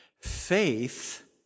faith